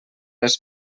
les